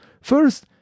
First